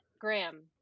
graham